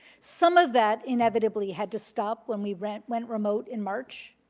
some of that inevitably had to stop when we went went remote in march.